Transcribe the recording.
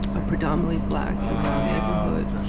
a predominantly black and brown neighborhood,